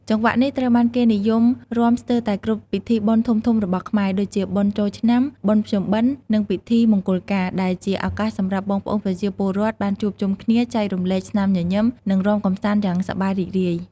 ចង្វាក់នេះត្រូវបានគេនិយមរាំស្ទើរតែគ្រប់ពិធីបុណ្យធំៗរបស់ខ្មែរ ដូចជាបុណ្យចូលឆ្នាំ បុណ្យភ្ជុំបិណ្ឌ និងពិធីមង្គលការ ដែលជាឱកាសសម្រាប់បងប្អូនប្រជាពលរដ្ឋបានជួបជុំគ្នា ចែករំលែកស្នាមញញឹម និងរាំកម្សាន្តយ៉ាងសប្បាយរីករាយ។